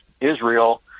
Israel